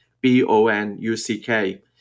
B-O-N-U-C-K